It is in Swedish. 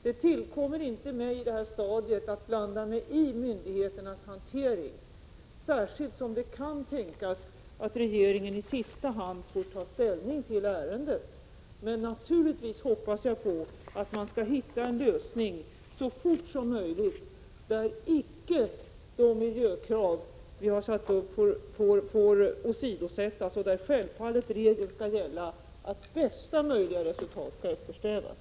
Det tillkommer inte mig att på det här stadiet blanda mig in i myndigheternas hantering, särskilt som det kan tänkas att regeringen i sista hand får ta ställning till ärendet. Jag hoppas naturligtvis på att man så fort som möjligt skall hitta en lösning som innebär att de miljökrav vi har satt upp inte åsidosätts. Självfallet gäller regeln att bästa möjliga resultat skall eftersträvas.